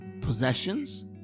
possessions